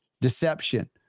deception